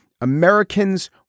Americans